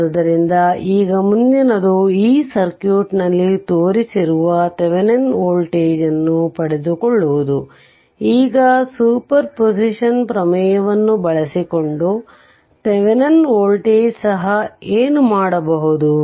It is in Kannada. ಆದ್ದರಿಂದ ಈಗ ಮುಂದಿನದು ಈ ಸರ್ಕ್ಯೂಟ್ನಲ್ಲಿ ತೋರಿಸಿರುವ ಥೆವೆನಿನ್ ವೋಲ್ಟೇಜ್ ಅನ್ನು ಪಡೆದುಕೊಳ್ಳುವುದು ಈಗ ಸೂಪರ್ ಪೊಸಿಷನ್ ಪ್ರಮೇಯವನ್ನು ಬಳಸಿಕೊಂಡು ಥೆವೆನಿನ್ ವೋಲ್ಟೇಜ್ ಸಹ ಏನು ಪಡೆಯಬಹುದು